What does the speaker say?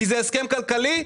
כי זה הסכם כלכלי?